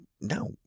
No